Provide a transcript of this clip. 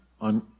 on